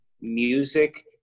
music